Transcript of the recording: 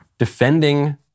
defending